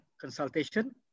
consultation